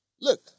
look